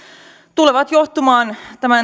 tulevat johtamaan